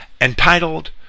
entitled